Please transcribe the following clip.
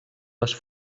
les